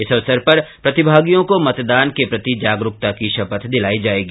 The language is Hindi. इस अवसर पर प्रतिभागियों को मतदान के प्रति जागरुकता की शपथ दिलाई जाएगी